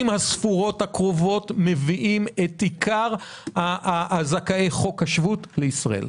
הספורות הקרובות מביאים את עיקר זכאי חוק השבות לישראל.